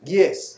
Yes